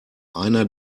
einer